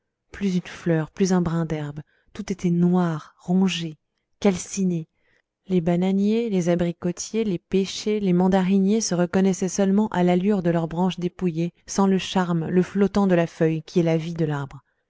plus une fleur plus un brin d'herbe tout était noir rongé calciné les bananiers les abricotiers les pêchers les mandariniers se reconnaissaient seulement à l'allure de leurs branches dépouillées sans le charme le flottant de la feuille qui est la vie de l'arbre